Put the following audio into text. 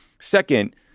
Second